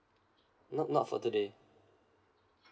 nop not for today